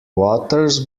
waters